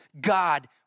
God